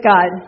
God